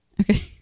okay